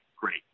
great